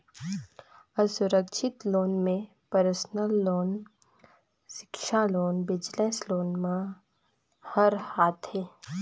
असुरक्छित लोन में personal loan, सिक्छा लोन, बिजनेस लोन मन हर आथे